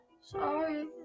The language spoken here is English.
sorry